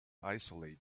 isolate